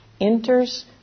enters